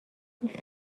این